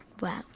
Wow